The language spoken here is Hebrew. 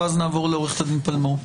ואז נעבור לעו"ד פלמור.